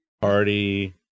Party